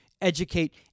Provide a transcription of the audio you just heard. educate